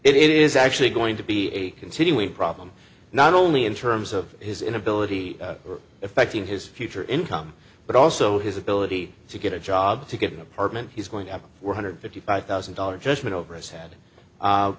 yes it is actually going to be a continuing problem not only in terms of his inability or effecting his future income but also his ability to get a job to get an apartment he's going to have were hundred fifty five thousand dollars judgment over his head